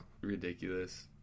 ridiculous